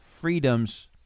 freedoms